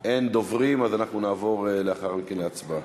אין דוברים, אז אנחנו נעבור לאחר מכן להצבעה.